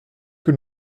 que